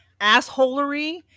assholery